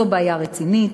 זו בעיה רצינית,